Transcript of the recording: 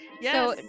yes